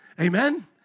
Amen